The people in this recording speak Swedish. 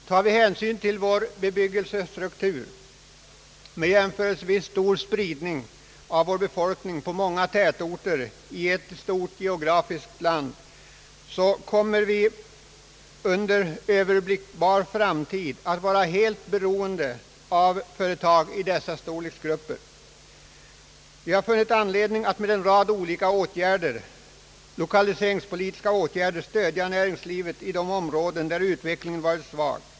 Tar vi hänsyn till vår bebyggelsestruktur med jämförelsevis stor spridning av vår befolkning på många tätorter över ett geografiskt stort område, så kommer vi under överblickbar framtid att vara helt beroende av företag i dessa storleksgrupper. Vi har funnit anledning att med en rad olika lokaliseringspolitiska åtgärder stödja näringslivet i de områden där utvecklingen varit svag.